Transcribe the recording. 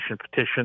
petition